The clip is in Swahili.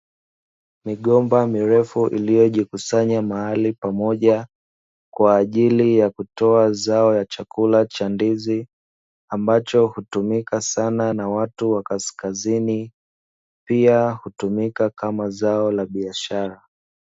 Migomba mirefu iliyojikusanya mahali pamoja kwa ajili ya kutoa zao la chakula cha ndizi, ambacho hutumika sana na watu wa kaskazini, pia hutumika kama zao la biashara.